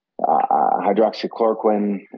hydroxychloroquine